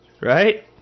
Right